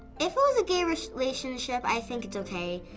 if it was a gay relationship, i think it's okay.